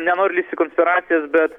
nenoriu lįst į konspiracijas bet